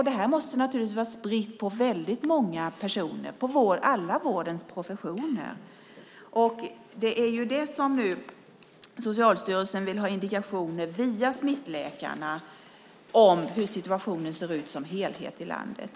Det här måste naturligtvis vara spritt på väldigt många personer, på alla vårdens professioner. Socialstyrelsen vill nu ha indikationer via smittläkarna om hur situationen ser ut som helhet i landet.